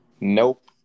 Nope